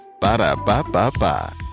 Ba-da-ba-ba-ba